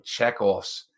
checkoffs